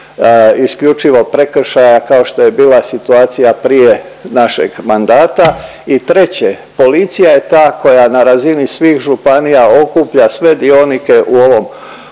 isključivo prekršaja kao što je bila situacija prije našeg mandata. I treće policija je ta koja na razini svih županija okuplja sve dionike u ovom